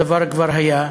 הדבר כבר היה,